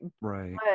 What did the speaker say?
Right